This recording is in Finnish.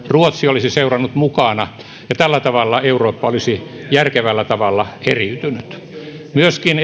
ruotsi olisi seurannut mukana ja tällä tavalla eurooppa olisi järkevällä tavalla eriytynyt myöskin